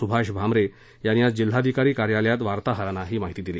सुभाष भामरे यांनी आज जिल्हाधिकारी कार्यालयातवार्ताहरांन ही माहिती दिली